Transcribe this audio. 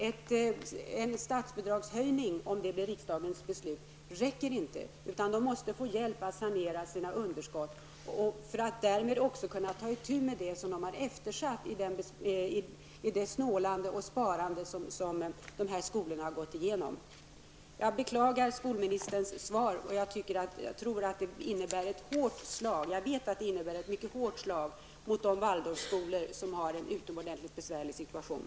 En statsbidragshöjning, om det blir riksdagens beslut, räcker inte till. Skolorna måste få hjälp att sanera sina underskott för att därmed också kunna ta itu med det som de har eftersatt i det snålande och sparande som de har gått igenom. Jag beklagar skolministerns svar. Jag vet att det innebär ett hårt slag mot de Waldorfskolor som har en utomordentligt besvärlig situation.